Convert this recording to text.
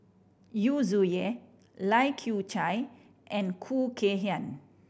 Yu Zhuye Lai Kew Chai and Khoo Kay Hian